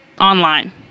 online